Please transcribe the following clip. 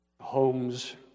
Homes